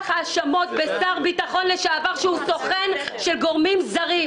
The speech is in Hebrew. האשמות בשר ביטחון לשעבר שהוא סוכן של גורמים זרים.